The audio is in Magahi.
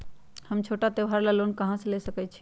हम छोटा त्योहार ला लोन कहां से ले सकई छी?